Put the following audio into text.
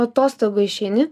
atostogų išeini